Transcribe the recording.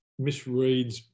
misreads